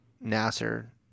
Nasser